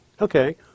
Okay